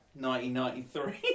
1993